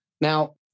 Now